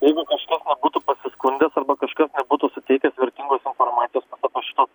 jeigu kažkas nebūtų pasiskundęs arba kažkas nebūtų suteikęs vertingos informacijos vat apie šituos